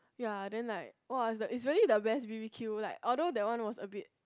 ya then like !wah! is the is really the best b_b_q lah although the one was a bit